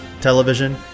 television